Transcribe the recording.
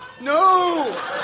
no